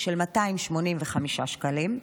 של 285 שקלים,